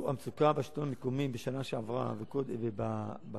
שהמצוקה בשלטון המקומי בשנה שעברה ובשלוש